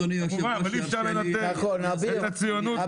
אבל אי אפשר לנתק את הציונות מכנסת ישראל.